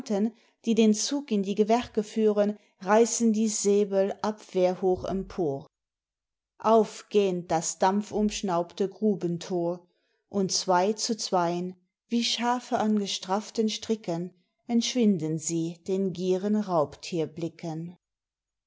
die den zug in die gewerke führen reissen die säbel abwehrhoch empor aufgähnt das dampfumschnaubte grubentor und zwei zu zwein wie schafe an gestrafften stricken entschwinden sie den